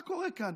מה קורה כאן?